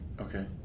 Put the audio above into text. Okay